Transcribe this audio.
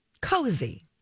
Cozy